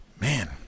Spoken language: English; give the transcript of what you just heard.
Man